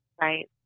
Right